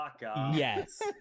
yes